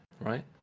right